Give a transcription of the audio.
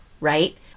right